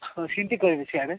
ହଁ ସେନ୍ତି କହିବେ ସେଆଡ଼େ